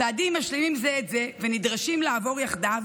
הצעדים משלימים זה את זה ונדרשים לעבור יחדיו,